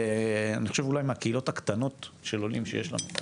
אני חושב שזו מהקהילות הקטנות של עולים שיש לנו.